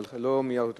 אבל לא מיהרתי אותך,